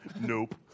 Nope